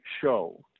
show